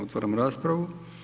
Otvaram raspravu.